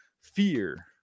Fear